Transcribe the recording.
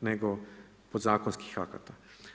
nego podzakonskih akata.